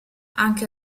anche